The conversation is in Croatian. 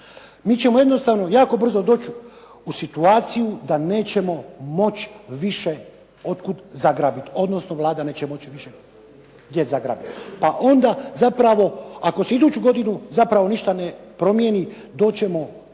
MI ćemo jednostavno jako brzo doći u situaciju da nećemo moći više otkud zagrabiti, odnosno Vlada neće moći nigdje zagrabiti, zapravo ako se iduću godinu ništa ne promijeni doći